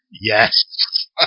Yes